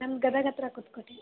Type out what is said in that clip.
ನಮ್ದು ಗದಗ ಹತ್ರ ಕುರ್ತಕೋಟಿ